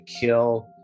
kill